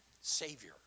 Savior